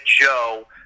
Joe